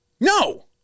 No